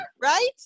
Right